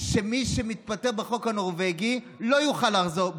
שמי שמתפטר בחוק הנורבגי לא יוכל לחזור.